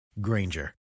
Granger